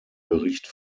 bericht